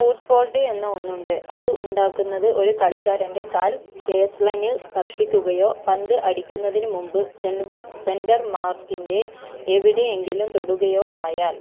foot fault എന്ന ഒന്നുണ്ട് അത് ഉണ്ടാക്കുന്നത് ഒരു കളിക്കാരൻ്റെ കാൽ ബേസ്ലൈനിൽ സ്പർശിക്കുകയോ പന്ത് അടിക്കുന്നതിനു മുമ്പ് സെന്മ സെൻ്റർ മാർക്കിൻ്റെ എവിടെ എങ്കിലും തൊടുകയോ ആയാൽ